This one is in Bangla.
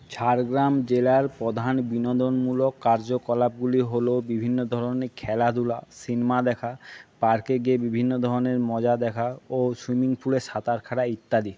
ঝাড়গ্রাম জেলার প্রধান বিনোদনমূলক কার্যকলাপগুলি হলো বিভিন্ন ধরণের খেলাধুলা সিনেমা দেখা পার্কে গিয়ে বিভিন্ন ধরণের মজা দেখা ও সুইমিং পুলে সাঁতার কাটা ইত্যাদি